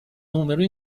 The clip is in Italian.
numero